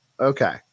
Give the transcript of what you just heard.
Okay